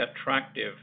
attractive